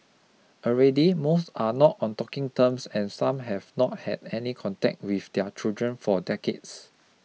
already most are not on talking terms and some have not had any contact with their children for decades